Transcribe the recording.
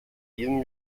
diesem